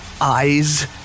eyes